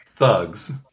Thugs